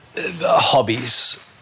hobbies